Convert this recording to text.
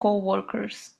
coworkers